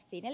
fidel